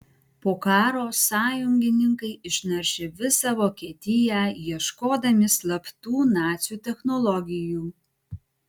po karo sąjungininkai išnaršė visą vokietiją ieškodami slaptų nacių technologijų